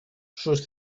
sus